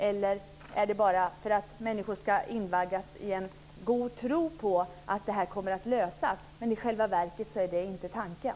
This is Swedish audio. Eller ska människor invaggas i tron att det här kommer att lösas medan det i själva verket inte är tanken?